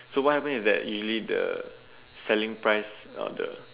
so what happen is that usually the selling price or the